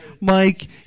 Mike